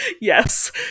Yes